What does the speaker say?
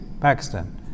Pakistan